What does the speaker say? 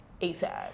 ASAP